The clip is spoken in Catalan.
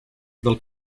del